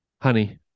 honey